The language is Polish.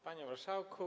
Panie Marszałku!